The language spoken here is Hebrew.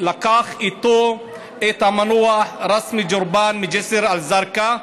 לקח איתו את המנוח רסמי ג'רבאן מג'יסר א-זרקא,